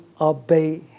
obey